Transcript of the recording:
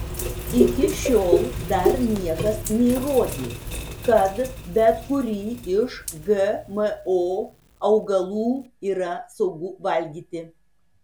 iki šiol dar niekas neįrodė kad bet kurį iš gmo augalų yra saugu valgyti